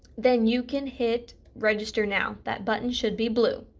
then you can hit register now that button should be blue.